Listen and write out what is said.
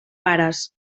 vares